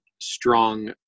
strong